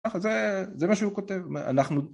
נכון, זה מה שהוא כותב, אנחנו...